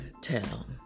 tell